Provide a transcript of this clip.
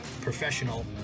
professional